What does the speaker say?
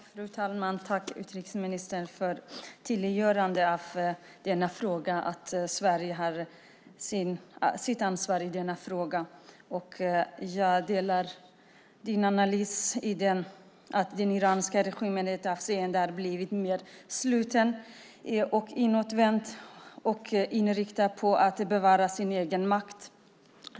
Fru talman! Tack, utrikesministern, för tydliggörandena att Sverige har sitt ansvar i denna fråga. Jag delar analysen att den iranska regimen i ett avseende har blivit mer sluten och inåtvänd och inriktad på att bevara sin egen makt.